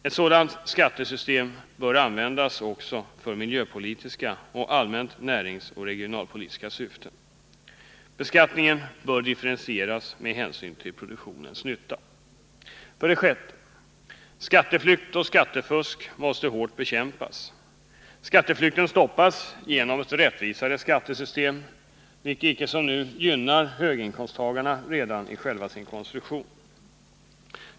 Ett sådant skattesystem bör användas också för miljöpolitiska och allmänt näringsoch regionalpolitiska syften. Beskattningen bör differentieras med hänsyn till produktionens nytta. 6. Skatteflykt och skattefusk måste hårt bekämpas. Skatteflykten stoppas genom ett rättvisare skattesystem, vilket icke som nu gynnar höginkomsttagarna redan i själva sin konstruktion.